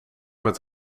met